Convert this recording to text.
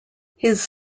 his